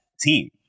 team